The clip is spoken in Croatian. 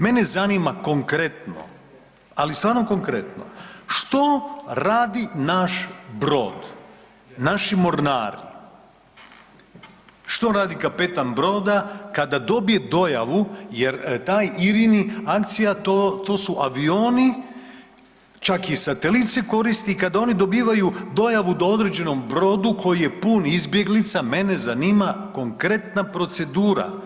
Mene zanima konkretno, ali stvarno konkretno, što radi naš brod, naši mornari, što radi kapetan broda kada dobije dojavu jer taj IRINI akcija to, to su avioni, čak i satelit se koristi kad oni dobivaju dojavu o određenom brodu koji je pun izbjeglica, mene zanima konkretna procedura?